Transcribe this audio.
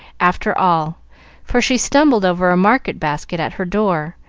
after all for she stumbled over a market-basket at her door,